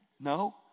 No